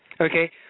Okay